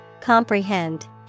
Comprehend